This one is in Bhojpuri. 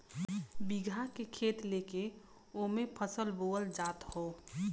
बीघा के खेत लेके ओमे फसल बोअल जात हौ